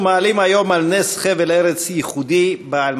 אנחנו מעלים היום על נס חבל ארץ ייחודי בעל